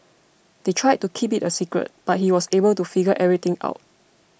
they tried to keep it a secret but he was able to figure everything out